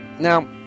Now